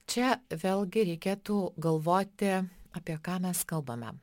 čia vėlgi reikėtų galvoti apie ką mes kalbame